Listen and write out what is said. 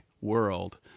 world